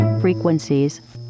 frequencies